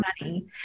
money